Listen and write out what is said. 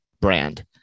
brand